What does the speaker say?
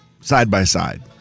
side-by-side